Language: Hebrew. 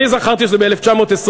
אני זכרתי שזה ב-1921,